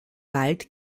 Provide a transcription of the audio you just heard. wald